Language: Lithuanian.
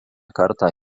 kartą